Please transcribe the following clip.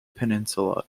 peninsula